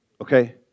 Okay